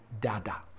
Dada